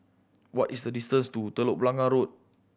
what is the distance to Telok Blangah Road